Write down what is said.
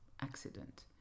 accident